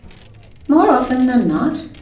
more often than not,